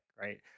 right